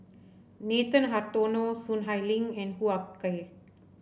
Nathan Hartono Soon Ai Ling and Hoo Ah Kay